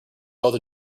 both